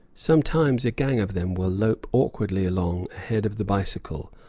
sometimes a gang of them will lope awkwardly along ahead of the bicycle,